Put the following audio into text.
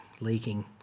leaking